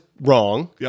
wrong